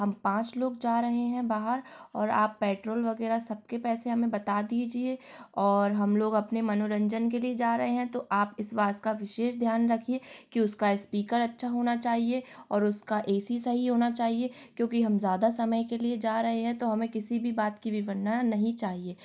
हम पाँच लोग जा रहे हैं बाहर और आप पैट्रोल वगैरह सबके पैसे हमें बता दीजिए और हम लोग अपने मनोरंजन के लिए जा रहे हैं तो आप इस बात का विशेष ध्यान रखिए कि उसका स्पीकर अच्छा होना चाहिए और उसका ए सी सही होना चाहिए क्योंकि हम ज़्यादा समय के लिए जा रहे हैं तो हमें किसी भी बात की विवन्ना नहीं चाहिए